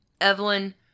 Evelyn